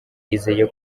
yizeye